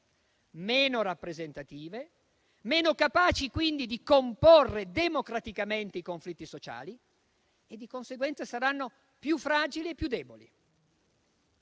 meno rappresentative, meno capaci, quindi, di comporre democraticamente i conflitti sociali e, di conseguenza, saranno più fragili e più deboli.